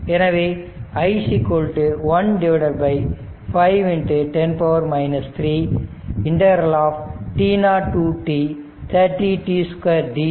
எனவே i 1 5 10 3 t0 to t ∫ 30 t 2